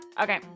Okay